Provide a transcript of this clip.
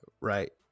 right